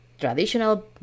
traditional